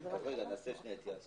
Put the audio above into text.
לפני שניגש